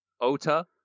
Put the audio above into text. Ota